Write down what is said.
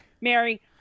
mary